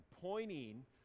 pointing